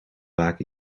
vaak